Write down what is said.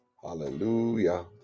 Hallelujah